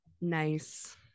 Nice